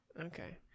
Okay